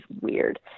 weird